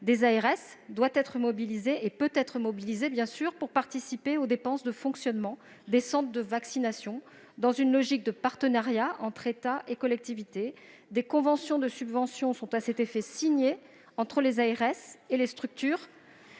les ARS, peut et doit être mobilisé pour participer aux dépenses de fonctionnement des centres de vaccination, dans une logique de partenariat entre l'État et les collectivités. Des conventions de subvention sont à cet effet signées entre les ARS et les structures